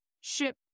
ship